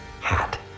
hat